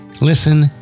listen